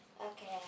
Okay